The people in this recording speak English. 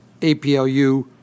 APLU